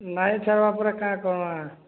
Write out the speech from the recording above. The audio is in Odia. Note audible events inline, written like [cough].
ନାହିଁ [unintelligible] ପରେ କାହିଁ କରମା